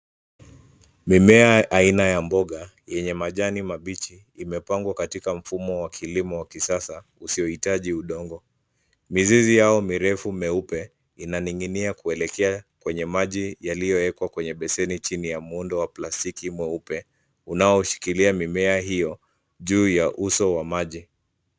Mimea aina ya mboga yenye majani mabichi imepangwa katika mfumo wa kilimo wa kisasa usiohitaji udongo mizizi yao mirefu meupe inaningia kuelekea kwenye maji yaliyo wekwa kwenye beseni chini muundo wa plastiki mweupe unaoshilikia mimea hiyo juu ya uso wa maji.